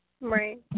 Right